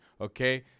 Okay